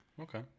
Okay